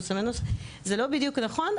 זה לא בדיוק נכון,